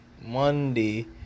Monday